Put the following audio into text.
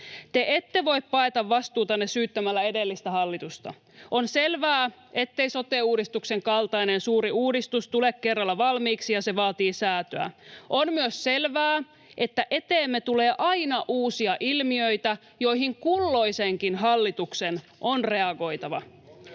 Te ette voi paeta vastuutanne syyttämällä edellistä hallitusta. On selvää, ettei sote-uudistuksen kaltainen suuri uudistus tule kerralla valmiiksi ja se vaatii säätöä. On myös selvää, että eteemme tulee aina uusia ilmiöitä, joihin kulloisenkin hallituksen on reagoitava.